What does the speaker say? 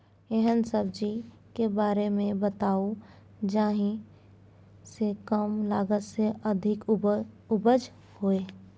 एहन सब्जी के बारे मे बताऊ जाहि सॅ कम लागत मे अधिक उपज होय?